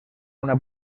una